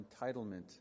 entitlement